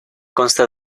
consta